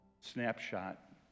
Snapshot